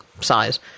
size